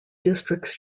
districts